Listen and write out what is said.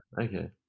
okay